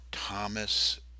Thomas